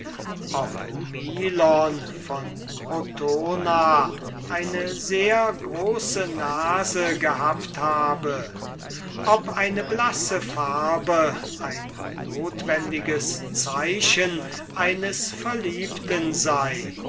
ob milon von krotona eine sehr große nase gehabt habe ob eine blasse farbe ein notwendiges zeichen eines verliebten sei